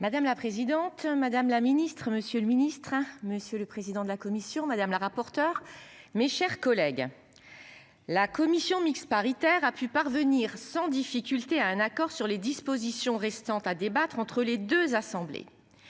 Madame la présidente. Madame la Ministre, Monsieur le Ministre. Monsieur le président de la commission, madame la rapporteure. Mes chers collègues. La commission mixte paritaire a pu parvenir sans difficulté à un accord sur les dispositions restant à débattre entre les 2 assemblées.